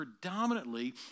predominantly